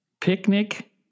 picnic